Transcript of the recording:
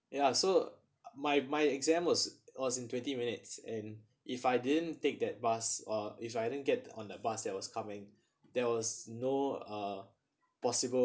ya so my my exam was was in twenty minutes and if I didn't take that bus or if I didn't get on the bus that was coming there was no uh possible